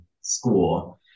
school